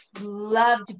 loved